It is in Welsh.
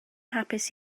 hapus